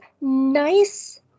nice